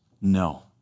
no